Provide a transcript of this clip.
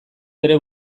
bere